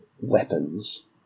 weapons